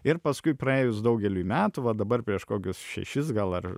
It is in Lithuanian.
ir paskui praėjus daugeliui metų va dabar prieš kokius šešis gal ar